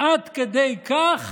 עד כדי כך